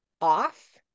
off